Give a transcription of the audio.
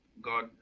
God